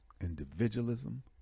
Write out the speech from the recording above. individualism